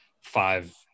five